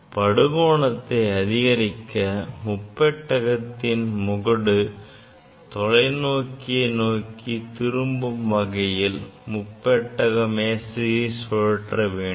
படுகோணத்தை அதிகரிக்க முப்பட்டகத்தின் முகடு தொலைநோக்கியை நோக்கி திரும்பும் வகையில் முப்பட்டக மேசையை சுழற்ற வேண்டும்